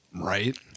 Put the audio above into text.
Right